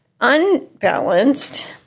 unbalanced